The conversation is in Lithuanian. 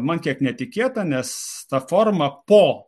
man kiek netikėta nes ta forma po